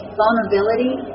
vulnerability